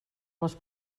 les